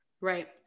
Right